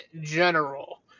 general